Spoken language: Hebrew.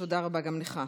תודה רבה גם לך.